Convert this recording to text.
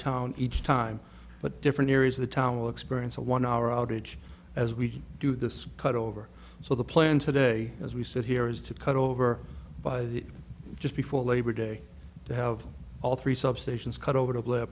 town each time but different areas of the town will experience a one hour outage as we do this cut over so the plan today as we sit here is to cut over by the just before labor day to have all three substations cut over to